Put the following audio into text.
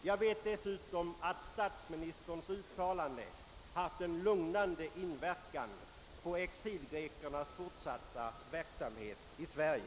Jag vet dessutom att statsministerns uttalande haft en lugnande inverkan på exilgrekerna för deras fortsatta verksamhet i Sverige.